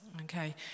Okay